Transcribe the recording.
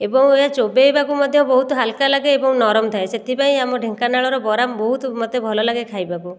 ଏବଂ ଏହା ଚୋବେଇବାକୁ ମଧ୍ୟ ବହୁତ ହାଲୁକା ଲାଗେ ଏବଂ ନରମ ଥାଏ ସେଥିପାଇଁ ଆମ ଢେଙ୍କାନାଳର ବରା ବହୁତ ମୋତେ ଭଲ ଲାଗେ ଖାଇବାକୁ